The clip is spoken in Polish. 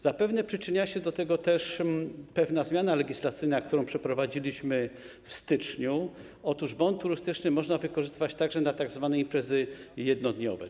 Zapewne przyczynia się do tego też pewna zmiana legislacyjna, którą przeprowadziliśmy w styczniu: otóż bon turystyczny można wykorzystywać także na tzw. imprezy jednodniowe.